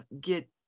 get